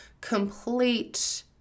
complete